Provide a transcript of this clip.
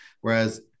whereas